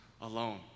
alone